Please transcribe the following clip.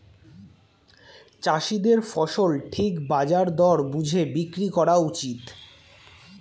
চাষীদের ফসল ঠিক বাজার দর বুঝে বিক্রি করা উচিত